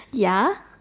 ya